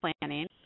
planning